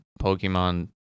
Pokemon